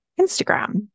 Instagram